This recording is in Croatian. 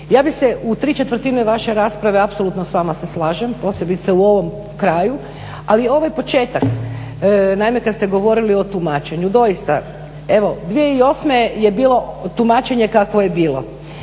ja bih se u 3/4 vaše rasprave apsolutno s vama se slažem, posebice u ovom kraju ali ovaj početak, naime kad ste govorili o tumačenju doista evo 2008. je bilo tumačenje kakvo je bilo